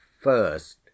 First